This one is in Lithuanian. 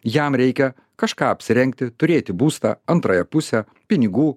jam reikia kažką apsirengti turėti būstą antrąją pusę pinigų